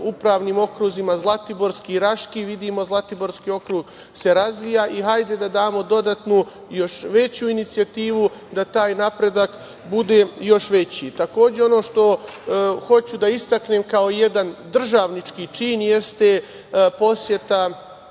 upravnim okruzima Zlatiborski i Raški. Vidimo da se Zlatiborski okrug razvija i hajde da damo dodatnu još veću inicijativu da taj napredak bude još veći. Ono što hoću da istaknem kao jedan državnički čin jeste poseta